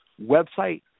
website